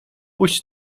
puść